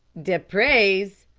de praise?